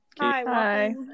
Hi